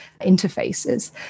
interfaces